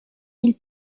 ils